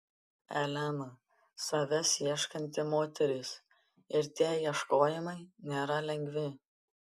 elena savęs ieškanti moteris ir tie ieškojimai nėra lengvi